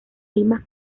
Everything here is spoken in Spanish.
mismas